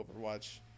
Overwatch